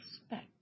respect